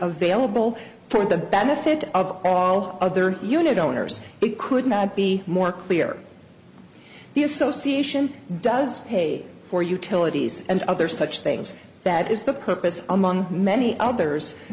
available for the benefit of all other unit owners it could not be more clear the association does pay for utilities and other such things that is the purpose among many others